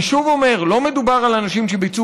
אני שוב אומר: לא מדובר על אנשים שביצעו